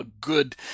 good